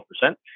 percent